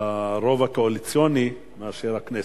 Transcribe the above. הרוב הקואליציוני מאשר הכנסת.